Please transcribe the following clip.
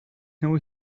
neu